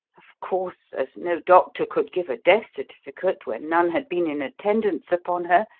of course, as no doctor could give a death certificate when none had been in attendance upon her,